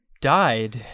died